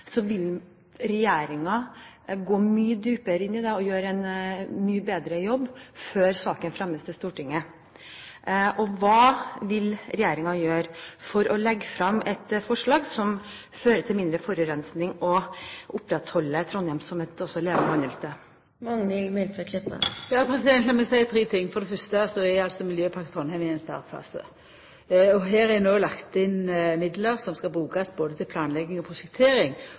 så uheldige virkninger. Vil statsråden sørge for at når Miljøpakke trinn 2 fremmes, vil regjeringen gå mye dypere inn i det arbeidet og gjøre en mye bedre jobb før saken fremmes i Stortinget? Hva vil regjeringen gjøre for å legge frem et forslag som fører til mindre forurensing, slik at man kan opprettholde Trondheim som et levende handelssted? Lat meg seia tre ting. For det fyrste er Miljøpakka i Trondheim i ein startfase. Her er det no lagt inn midlar som skal brukast både til planlegging, prosjektering